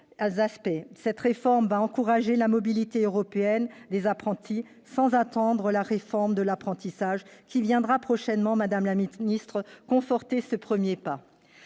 Cette réforme va encourager la mobilité européenne des apprentis, sans qu'il soit besoin d'attendre la réforme de l'apprentissage, qui viendra prochainement, madame la ministre, conforter ce premier pas.